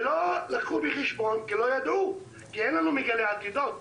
ולא לקחו בחשבון כי לא ידעו, אין לנו מגלי עתידות.